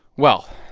well,